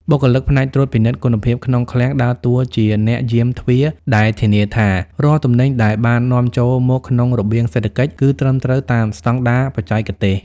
បុគ្គលិកផ្នែកត្រួតពិនិត្យគុណភាពក្នុងឃ្លាំងដើរតួជាអ្នកយាមទ្វារដែលធានាថា រាល់ទំនិញដែលបាននាំចូលមកក្នុងរបៀងសេដ្ឋកិច្ចគឺត្រឹមត្រូវតាមស្តង់ដារបច្ចេកទេស។